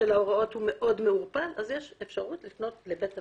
הוראות המוריש הוא מאוד מעורפל אז יש אפשרות לפנות לבית המשפט,